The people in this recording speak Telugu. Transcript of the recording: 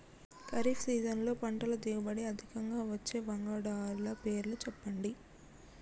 ఖరీఫ్ సీజన్లో పంటల దిగుబడి అధికంగా వచ్చే వంగడాల పేర్లు చెప్పండి?